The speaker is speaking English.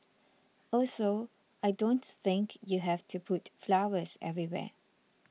also I don't think you have to put flowers everywhere